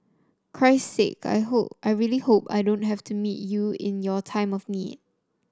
Christ sake I hope I really hope I don't have to meet you in your time of need